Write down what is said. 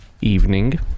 evening